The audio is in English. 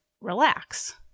relax